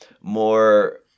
more